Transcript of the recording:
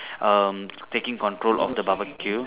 um taking control of the barbeque